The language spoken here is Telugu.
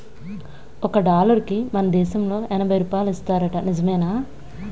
ఒక డాలరుకి మన దేశంలో ఎనబై రూపాయలు ఇస్తారట నిజమేనా